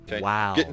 wow